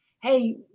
Hey